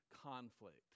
conflict